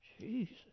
Jesus